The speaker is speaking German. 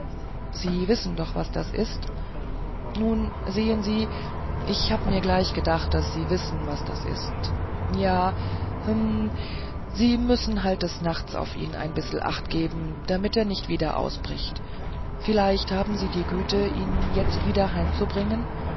sie wissen doch was das ist nun sehen sie ich hab mir gleich gedacht daß sie wissen was das ist ja hm und da müssen sie halt des nachts auf ihn ein bissel achtgeben damit er nicht wieder ausbricht vielleicht haben sie die güte ihn jetzt wieder heimzubringen